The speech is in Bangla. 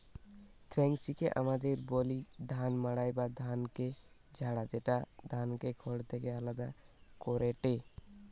থ্রেশিংকে আমদের বলি ধান মাড়াই বা ধানকে ঝাড়া, যেটা ধানকে খড় থেকে আলদা করেটে